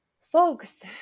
folks